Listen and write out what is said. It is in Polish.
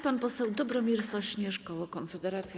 Pan poseł Dobromir Sośnierz, koło Konfederacja.